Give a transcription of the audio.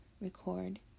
record